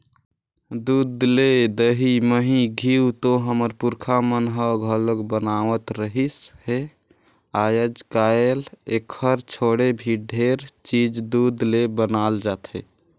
दूद ले दही, मही, घींव तो हमर पूरखा मन ह घलोक बनावत रिहिस हे, आयज कायल एखर छोड़े भी ढेरे चीज दूद ले बनाल जाथे